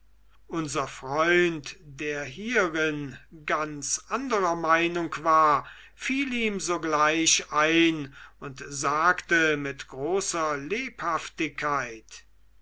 unser freund der hierin ganz anderer meinung war fiel ihm sogleich ein und sagte mit großer lebhaftigkeit